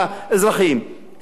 יום אחד להגיד להם: אירן,